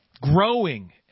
growing